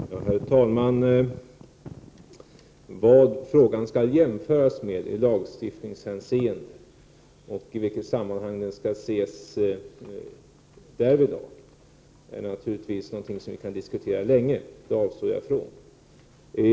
Herr talman! Vad frågan skall jämföras med i lagstiftningshänseende är naturligtvis något som vi kan diskutera länge. Det avstår jag från.